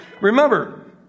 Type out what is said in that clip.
Remember